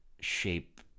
shape